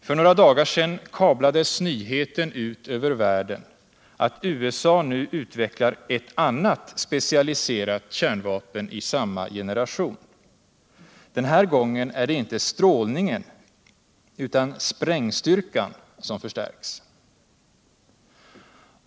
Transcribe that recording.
För några dagar sedan kablades nyheten ut över världen att USA nu utvecklar ett annat specialiserat kärnvapen i samma generation. Den här gången är det inte strålningen utan sprängstyrkan som förstärks.